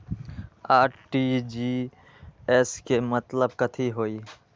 RTGS के मतलब कथी होइ?